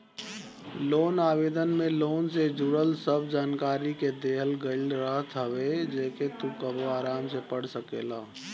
loan आवेदन में loan से जुड़ल सब जानकरी के देहल गईल रहत हवे जेके तू कबो आराम से पढ़ सकेला